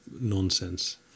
nonsense